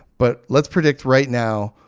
but let's predict right now,